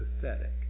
pathetic